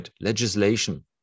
legislation